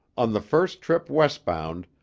on the first trip west-bound,